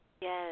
Yes